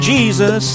Jesus